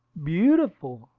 beautiful!